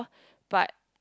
but